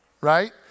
Right